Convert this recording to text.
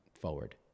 forward